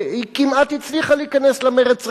היא כמעט הצליחה להיכנס למרץ רב,